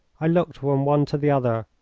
i looked from one to the other.